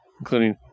Including